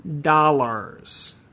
dollars